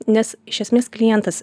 nes iš esmės klientas